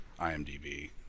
IMDb